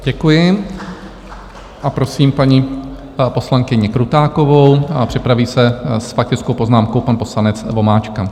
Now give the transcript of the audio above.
Děkuji a prosím paní poslankyni Krutákovou a připraví se s faktickou poznámkou pan poslanec Vomáčka.